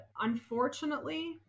unfortunately